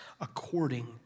according